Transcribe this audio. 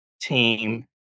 team